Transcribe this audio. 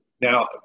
Now